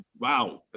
Wow